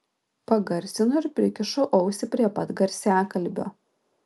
pagarsinu ir prikišu ausį prie pat garsiakalbio